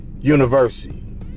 University